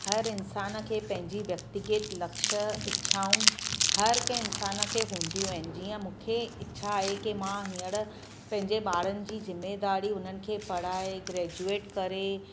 हर इंसान खे पंहिंजी व्यक्तिगत लक्ष्य इच्छाऊं हर कंहिं इंसान खे हूंदियूं आहिनि जीअं मूंखे इच्छा आहे की मां हींअर पंहिंजे ॿारनि जी ज़िमेदारी उन्हनि खे पढ़ाए ग्रेजुएट करे